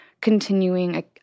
continuing